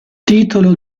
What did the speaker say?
titolo